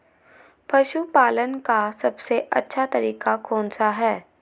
पशु पालन का सबसे अच्छा तरीका कौन सा हैँ?